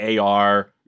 AR